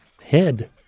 head